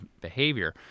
behavior